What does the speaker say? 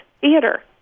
theater